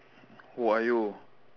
who are you